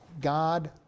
God